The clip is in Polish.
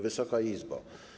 Wysoka Izbo!